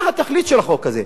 מה התכלית של החוק הזה?